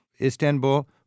Istanbul